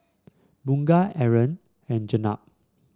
Bunga Aaron and Jenab